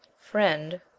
friend